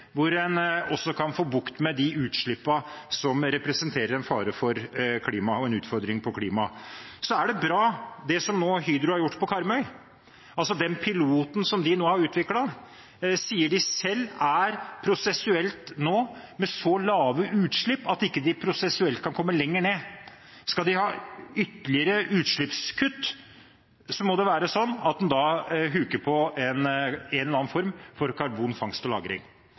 hvor en også kan få bukt med de utslippene som representerer en fare og en utfordring for klimaet. Så er det bra, det som Hydro nå har gjort på Karmøy. Den piloten som de nå har utviklet, sier de nå selv er prosessuell, med så lave utslipp at de prosessuelt ikke kan komme lenger ned. Skal de ha ytterligere utslippskutt, må det være sånn at en huker på en eller annen form for karbonfangst og